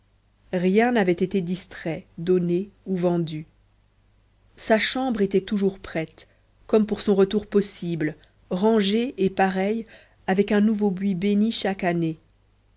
rien n'avait été distrait donné ou vendu sa chambre était toujours prête comme pour son retour possible rangée et pareille avec un nouveau buis bénit chaque année